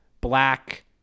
black